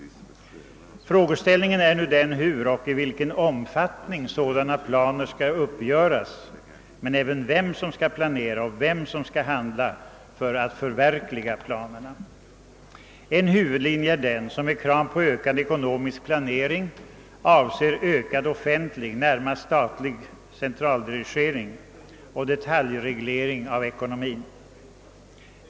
Frågeställningen är nu hur och i vilken omfattning sådana planer skall uppgöras men även vem som skall planera och vem som skall handla för att förverkliga planerna. En huvudlinje är den som med krav på ökad ekonomisk planering avser en ökad offentlig, närmast statlig centraldirigering och detaljreglering av ekonomin.